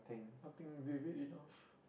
nothing vivid enough